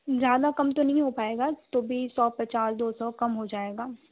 ज़्यादा कम तो नहीं हो पाएगा तो भी सौ पचास दो सौ कम हो जाएगा